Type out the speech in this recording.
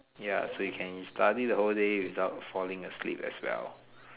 ya so you can study the whole day without falling asleep as well